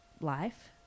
life